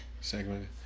Segment